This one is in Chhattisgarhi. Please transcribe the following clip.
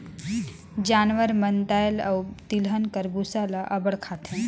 जानवर मन दाएल अउ तिलहन कर बूसा ल अब्बड़ खाथें